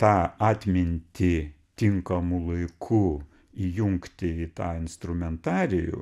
tą atmintį tinkamu laiku įjungti į tą instrumentarijų